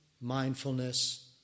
mindfulness